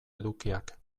edukiak